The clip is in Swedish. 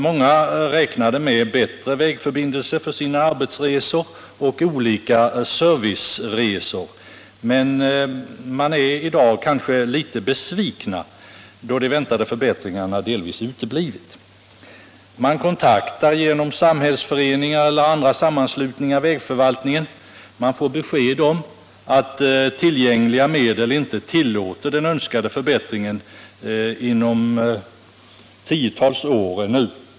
Många räknade med bättre vägförbindelser för sina arbetsresor och olika serviceresor, men man är i dag kanske litet besviken då de väntade förbättringarna delvis uteblivit. Man kontaktar genom samhällsföreningar eller andra sammanslutningar vägförvaltningen men får besked om att tillgängliga medel inte tillåter den önskade förbättringen inom tiotals år ännu.